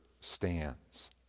stands